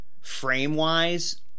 frame-wise